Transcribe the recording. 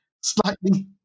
slightly